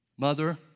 Mother